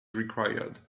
required